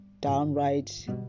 downright